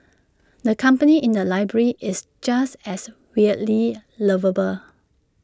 the company in the library is just as weirdly lovable